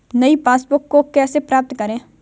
नई पासबुक को कैसे प्राप्त करें?